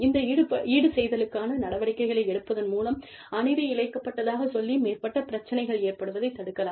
இந்த ஈடுசெய்தலுக்கான நடவடிக்கைகளை எடுப்பதன் மூலம்அநீதிஇழைக்கப்பட்டதாகச்சொல்லி மேற்பட்ட பிரச்சனைகள்ஏற்படுவதைத்தடுக்கலாம்